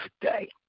today